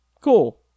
Cool